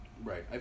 Right